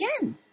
again